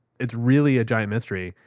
it's really a giant mystery,